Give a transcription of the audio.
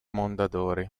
mondadori